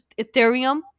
Ethereum